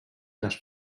les